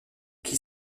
qui